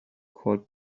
called